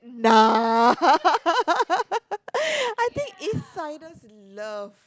nah I think East siders love